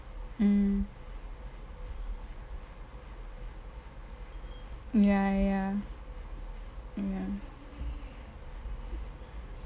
mm ya ya ya